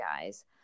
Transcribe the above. guys